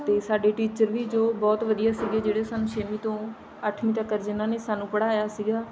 ਅਤੇ ਸਾਡੇ ਟੀਚਰ ਵੀ ਜੋ ਬਹੁਤ ਵਧੀਆ ਸੀਗੇ ਜਿਹੜੇ ਸਾਨੂੰ ਛੇਵੀਂ ਤੋਂ ਅੱਠਵੀਂ ਤੱਕ ਜਿਨ੍ਹਾਂ ਨੇ ਸਾਨੂੰ ਪੜ੍ਹਾਇਆ ਸੀਗਾ